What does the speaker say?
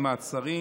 מעצרים)